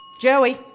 Joey